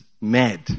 mad